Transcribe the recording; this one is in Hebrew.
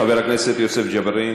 חבר הכנסת יוסף ג'בארין,